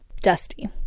Dusty